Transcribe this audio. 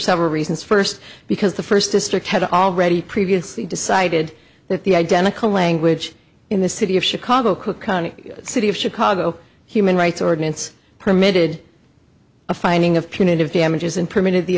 several reasons first because the first district had already previously decided that the identical language in the city of chicago cook county city of chicago human rights ordinance permitted a finding of punitive damages and permitted the